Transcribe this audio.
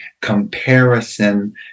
comparison